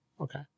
Okay